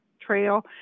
Trail